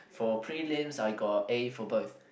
for prelims I got A for both